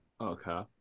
Okay